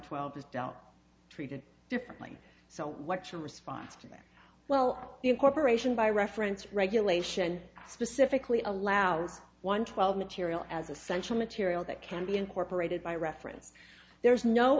twelve is doubt treated differently so what your response to that well incorporation by reference regulation specifically allows one twelve material as essential material that can be incorporated by reference there is no